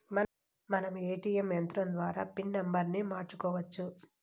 మనం ఏ.టీ.యం యంత్రం ద్వారా పిన్ నంబర్ని మార్చుకోవచ్చు